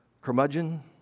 curmudgeon